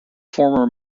former